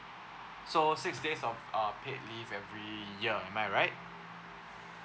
so six days of uh paid leave every year am I right